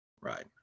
Right